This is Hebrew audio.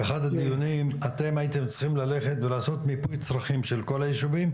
באחד מהדיונים אתם הייתם צריכים ללכת ולעשות מיפוי צרכים של כל הישובים,